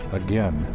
again